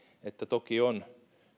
että toki on